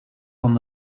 van